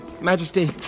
Majesty